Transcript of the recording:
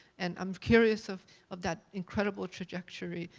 and i'm curious of of that incredible trajectory,